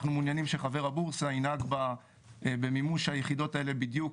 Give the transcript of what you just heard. אנחנו מעוניינים שחבר הבורסה ינהג במימוש היחידות האלה בדיוק